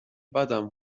بدم